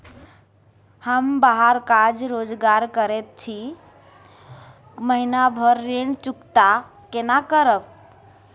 हम बाहर काज रोजगार करैत छी, महीना भर ऋण चुकता केना करब?